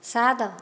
ସାତ